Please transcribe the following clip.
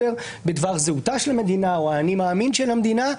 בדבר זהותה של המדינה או האני מאמין של המדינה.